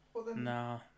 Nah